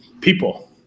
People